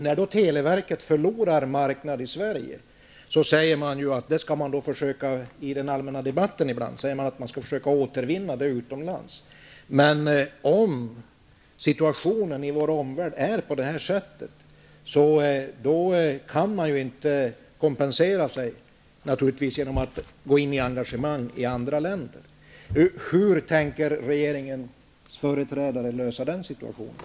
När då televerket förlorar marknad i Sverige, sägs det ibland i den allmänna debatten att man skall försöka återvinna den förlorade marknadsandelen utomlands. Om situationen i vår omvärld ser ut så här, kan man naturligtvis inte kompensera sig genom att gå in i engagemang i andra länder. Hur tänker regeringens företrädare lösa det problemet?